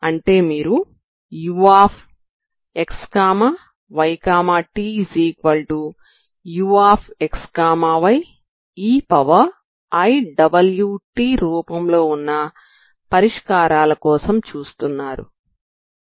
అంటే మీరుuxytuxyeiwt రూపంలో వున్న పరిష్కారాల కోసం చూస్తున్నారు సరేనా